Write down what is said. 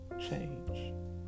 change